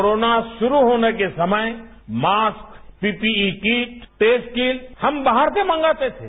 corona शुरू होने के समय mask P P E kit test kit हम बाहर से मंगाते थे